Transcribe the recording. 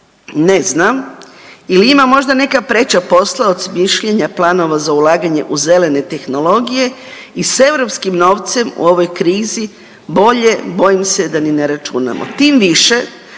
ne zna ili ima možda neka preča posla od smišljanja planova za ulaganje u zelene tehnologije i s europskih novcem u ovoj krizi bolje, bojim se da ni ne računamo.